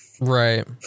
Right